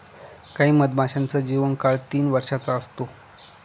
काही मधमाशांचा जीवन काळ तीन वर्षाचा असतो